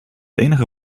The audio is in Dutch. enige